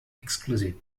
exclusive